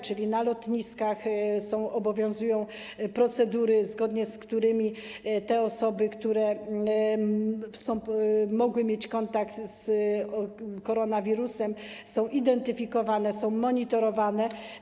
Czyli na lotniskach obowiązują procedury, zgodnie z którymi te osoby, które mogły mieć kontakt z koronawirusem, są identyfikowane, są monitorowane.